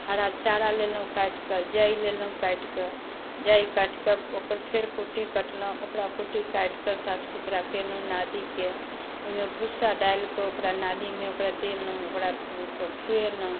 हरा चारा लेलहुँ काटिके जइ लेलहुँ काटिके जइ काटिके ओकर फेर कुट्टी काटलहुँ ओकरा कुट्टी काटिके साफ सुथरा केलहुँ नादिके ओहिमे भुस्सा डालिके ओकरा नादिमे ओकरा देलहुँ ओकरा सबके खुएलहुँ